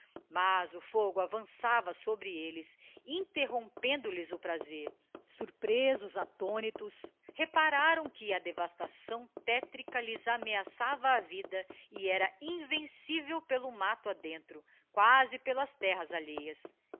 mas o fogo avançava sobre elles interrompendo lhes o prazer surpresos attonitos repararam que a devastação tétrica lhes ameaçava a vida e era invencível pelo matto a dentro quasi pelas terras alheias